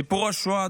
סיפור השואה,